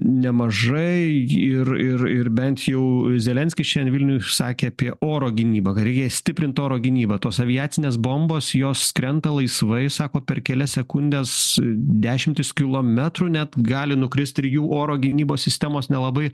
nemažai ir ir ir bent jau zelenskis šiandien vilniuj sakė apie oro gynybą kad reikia stiprint oro gynybą tos aviacinės bombos jos krenta laisvai sako per kelias sekundes dešimtis kilometrų net gali nukrist ir jų oro gynybos sistemos nelabai